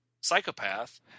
psychopath